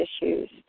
issues